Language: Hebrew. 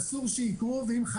אסור שיקרו ואם,